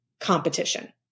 competition